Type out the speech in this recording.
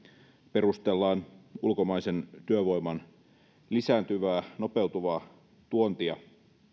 perustellaan ulkomaisen työvoiman lisääntyvää nopeutuvaa tuontia